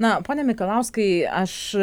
na pone mikalauskai aš